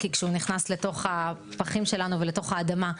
כי כשהיא נכנסת לתוך הפחים שלנו ולתוך האדמה,